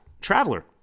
traveler